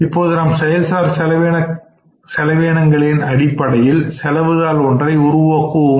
இப்பொழுது நாம் செயல் சார் செலவினங்களின் அடிப்படையில் செலவு தாள் ஒன்றை உருவாக்குவோமாக